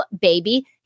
baby